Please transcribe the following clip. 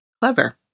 clever